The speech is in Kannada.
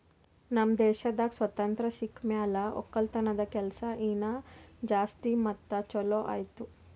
ನಮ್ ದೇಶದಾಗ್ ಸ್ವಾತಂತ್ರ ಸಿಕ್ ಮ್ಯಾಲ ಒಕ್ಕಲತನದ ಕೆಲಸ ಇನಾ ಜಾಸ್ತಿ ಮತ್ತ ಛಲೋ ಆಯ್ತು